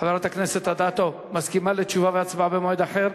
חברת הכנסת אדטו, מסכימה לתשובה והצבעה במועד אחר?